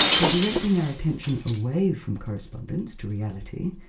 by directing our attention away from correspondence to reality,